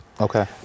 Okay